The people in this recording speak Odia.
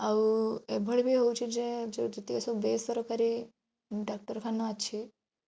ଆଉ ଏଭଳି ବି ହେଉଛି ଯେ ଯେତିକି ସବୁ ବେସରକାରୀ ଡ଼ାକ୍ତରଖାନା ଅଛି